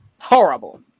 Horrible